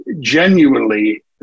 genuinely